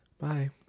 bye